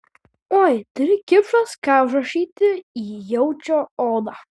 oi turi kipšas ką užrašyti į jaučio odą